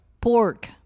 pork